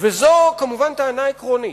וזאת כמובן טענה עקרונית.